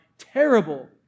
terrible